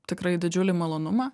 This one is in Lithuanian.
tikrai didžiulį malonumą